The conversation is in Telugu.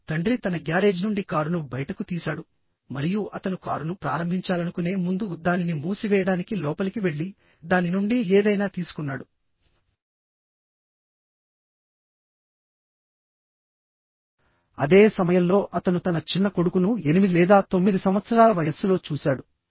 ఇప్పుడు తండ్రి తన గ్యారేజ్ నుండి కారును బయటకు తీసాడు మరియు అతను కారును ప్రారంభించాలనుకునే ముందు దానిని మూసివేయడానికి లోపలికి వెళ్లి దాని నుండి ఏదైనా తీసుకున్నాడు అదే సమయంలో అతను తన చిన్న కొడుకును ఎనిమిది లేదా తొమ్మిది సంవత్సరాల వయస్సులో చూశాడు